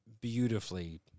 beautifully